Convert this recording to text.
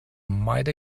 might